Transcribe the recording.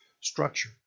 structure